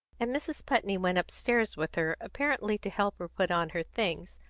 and mrs. putney went upstairs with her, apparently to help her put on her things,